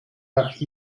nach